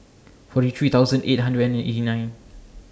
forty three thousand eight hundred and eighty nine